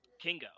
kingo